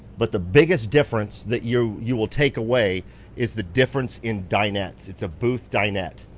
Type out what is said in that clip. but the biggest difference that you you will take away is the difference in dinettes. it's a booth dinette.